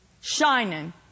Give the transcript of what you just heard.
shining